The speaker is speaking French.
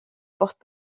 porte